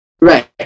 Right